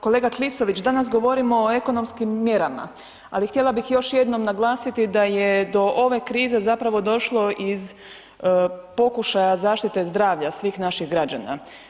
Kolega Klisović, danas govorimo o ekonomskim mjerama, ali htjela bi još jednom naglasiti da je do ove krize zapravo došlo iz pokušaja zaštite zdravlja svih naših građana.